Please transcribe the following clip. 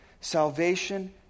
Salvation